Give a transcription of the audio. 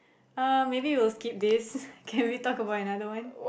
um maybe we will skip this can we talk about another one